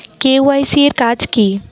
KYC এর কাজ কি?